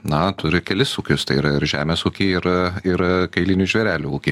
na turi kelis ūkius tai yra ir žemės ūkiai ir ir kailinių žvėrelių ūkiai